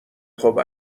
خوب